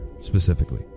specifically